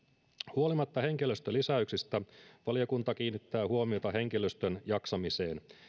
huolimatta henkilöstölisäyksistä valiokunta kiinnittää huomiota henkilöstön jaksamiseen